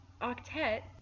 Octet